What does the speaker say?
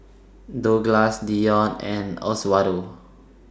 Douglass Dionne and Oswaldo